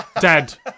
Dad